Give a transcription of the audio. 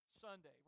Sunday